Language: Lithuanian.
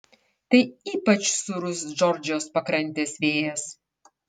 tai ypač sūrus džordžijos pakrantės vėjas